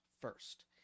first